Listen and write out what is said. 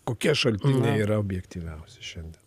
kokie šaltiniai yra objektyviausi šiandien